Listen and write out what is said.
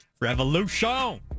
Revolution